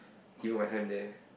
give my time there